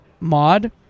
mod